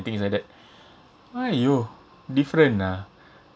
things like that !aiyo! different ah